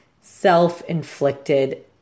self-inflicted